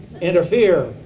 interfere